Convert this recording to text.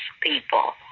people